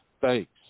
thanks